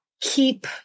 keep